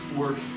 work